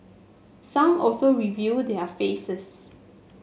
some also reveal their faces